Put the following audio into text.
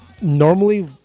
Normally